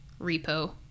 repo